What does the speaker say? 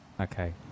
Okay